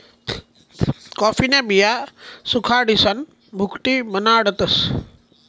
कॉफीन्या बिया सुखाडीसन भुकटी बनाडतस